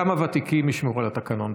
גם הוותיקים ישמרו על התקנון.